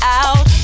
out